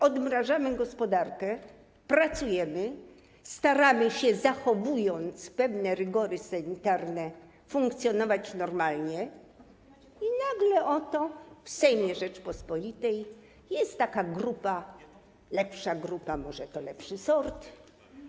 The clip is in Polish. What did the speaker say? Odmrażamy gospodarkę, pracujemy, staramy się, zachowując pewne rygory sanitarne, funkcjonować normalnie, i nagle oto w Sejmie Rzeczypospolitej jest taka grupa, lepsza grupa, może to lepszy sort.